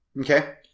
Okay